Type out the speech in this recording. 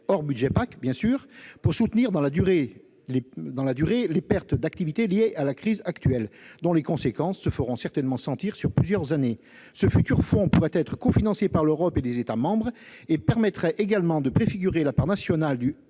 commune, la PAC, pour compenser dans la durée les pertes d'activité liées à la crise actuelle, dont les conséquences se feront certainement sentir sur plusieurs années. Ce futur fonds pourrait être cofinancé par l'Europe et les États membres, et permettrait également de préfigurer la part nationale d'un